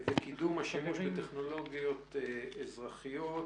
וקידום השימוש בטכנולוגיה אזרחית,